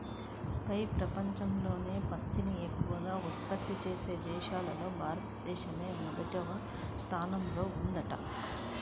పెపంచంలోనే పత్తిని ఎక్కవగా ఉత్పత్తి చేసే దేశాల్లో భారతదేశమే ఒకటవ స్థానంలో ఉందంట